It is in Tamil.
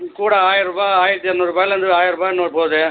கூடை ஆயிரருபா ஆயிரத்தி இருநூறுபாலேந்து ஆயிரருபா என்னவோ போது